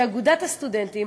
שאגודת הסטודנטים,